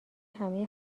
همه